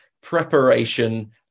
preparation